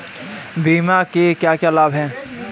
बीमा के क्या क्या लाभ हैं?